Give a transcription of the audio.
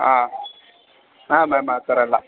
ಹಾಂ ಹಾಂ ಮ್ಯಾಮ್ ಆ ಥರ ಎಲ್ಲ